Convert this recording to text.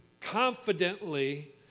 confidently